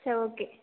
சரி ஓகே